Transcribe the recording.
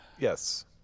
Yes